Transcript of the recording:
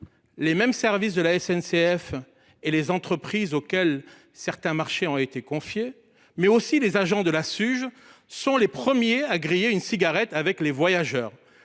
les mêmes agents de la SNCF et des entreprises auxquelles certains marchés ont été confiés, mais également les agents de la Suge, sont les premiers à « griller une cigarette » avec les voyageurs.